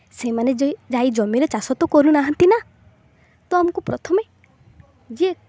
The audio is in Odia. ସେମାନେ ଯାଇ ଯାଇ ଜମିରେ ଚାଷ ତ କରୁନାହାନ୍ତି ନା ତ ଆମକୁ ପ୍ରଥମେ ଯିଏ